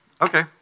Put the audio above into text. okay